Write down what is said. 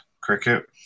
cricket